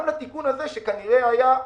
גם לתיקון שכנראה לא